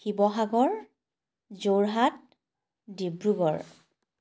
Sivasagar Jorhat Dibrugarh